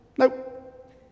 Nope